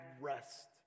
rest